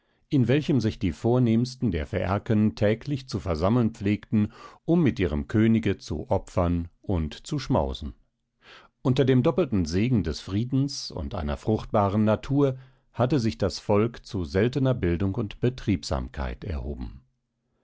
in welchem sich die vornehmsten der phäaken täglich zu versammeln pflegten um mit ihrem könige zu opfern und zu schmausen unter dem doppelten segen des friedens und einer fruchtbaren natur hatte sich das volk zu seltener bildung und betriebsamkeit erhoben